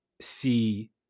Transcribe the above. see